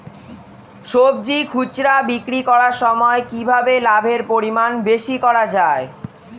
সবজি খুচরা বিক্রি করার সময় কিভাবে লাভের পরিমাণ বেশি করা যায়?